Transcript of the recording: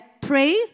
pray